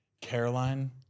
Caroline